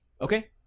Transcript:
Okay